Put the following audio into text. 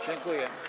Dziękuję.